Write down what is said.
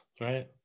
right